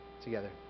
together